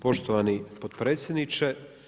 Poštovani potpredsjedniče.